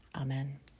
Amen